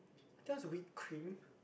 I think was whipped cream